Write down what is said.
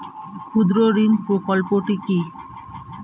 ক্ষুদ্রঋণ প্রকল্পটি কি?